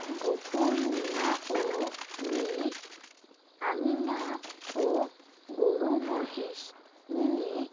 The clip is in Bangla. গফুর মিয়াঁ ও মেয়ে আমিনা ও গরু মহেশ নিয়ে